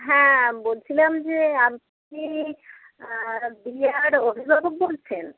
হ্যাঁ বলছিলাম যে আপনি দিয়ার অভিভাবক বলছেন